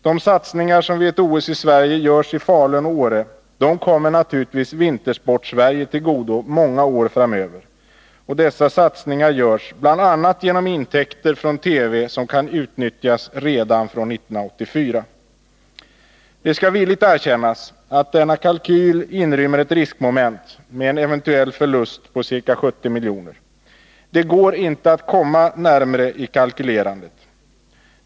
De satsningar som vid ett OS i Sverige görs i Falun och Åre kommer naturligtvis Vintersportsverige till godo många år framöver. Dessa satsningar görs bl.a. genom intäkter från TV som kan utnyttjas redan från 1984. Det skall villigt erkännas att kalkylen inrymmer ett riskmoment med en eventuell förlust på ca 70 miljoner. Det går inte att komma närmare i kalkylerandet.